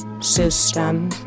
System